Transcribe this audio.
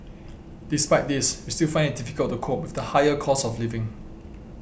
despite this we still find it difficult to cope with the higher cost of living